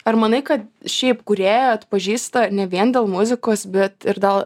ar manai kad šiaip kurėją atpažįsta ne vien dėl muzikos bet ir dėl